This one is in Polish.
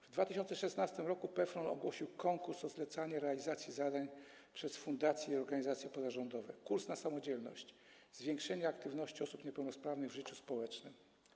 W 2016 r. PFRON ogłosił konkurs wniosków o zlecanie realizacji zadań przez fundacje i organizacje pozarządowe „Kurs na samodzielność - zwiększenie aktywności osób niepełnosprawnych w życiu społecznym”